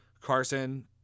Carson